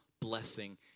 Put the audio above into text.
blessing